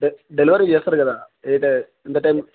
డె డెలివరీ చేస్తారు కదా ఏ ఎంత టైం